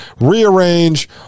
rearrange